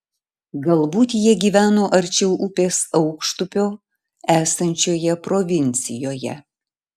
galbūt jie gyveno arčiau upės aukštupio esančioje provincijoje